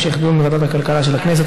להמשך דיון בוועדת הכלכלה של הכנסת.